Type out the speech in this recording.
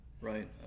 Right